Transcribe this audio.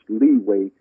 leeway